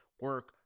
Work